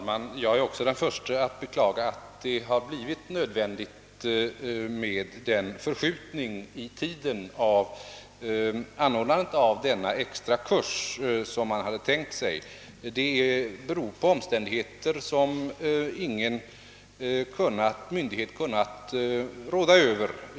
Herr talman! Jag är den förste att beklaga att det blivit nödvändigt med en förskjutning i tiden av denna extra kurs, Det beror emellertid på omständigheter som ingen myndighet kunnat råda över.